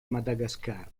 madagascar